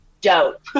dope